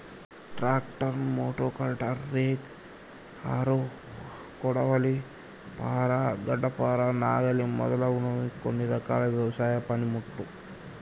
tractor, motocultor, rake, harrow, కొడవలి, పార, గడ్డపార, నాగలి మొదలగునవి కొన్ని రకాల వ్యవసాయ పనిముట్లు